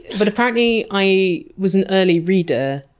but apparently i was an early reader.